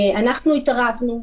אנחנו התערבנו,